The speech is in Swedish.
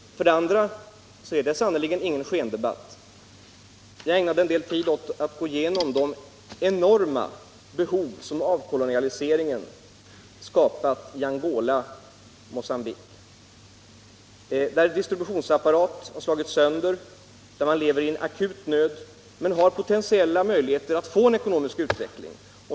Det är sannerligen ingen skendebatt. Jag ägnade en del tid åt att gå igenom de enorma behov som avkolonialiseringen har skapat i Angola och Mogambique, där distributionsapparaten har slagits sönder och där man lever i akut nöd. Men man har potentiella möjligheter att få en ekonomisk utveckling.